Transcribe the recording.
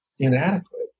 Inadequate